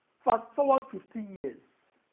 fast forward fifteen years,